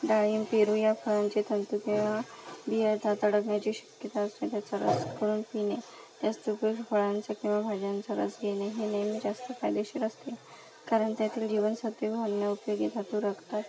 डाळिम पेरू या फळांचे तंतू किंवा बिया त्यात अडकण्याची शक्यता असते त्याचा रस करून पिने जास्त करून फळांचा किंवा भाज्यांचा रस घेने हे नेहमी जास्त फायदेशीर असते कारन त्यातील जीवनसत्वे व अन्य उपयोगी धातू रक्तात